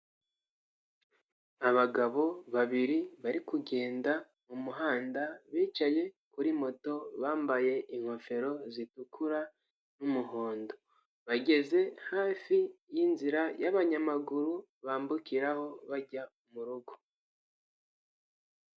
Abagabo babiri bari kugenda mu muhanda bicaye kuri moto bambaye ingofero zitukura n'umuhondo, bageze hafi y'inzira y'abanyamaguru bambukiraho bajya mu rugo.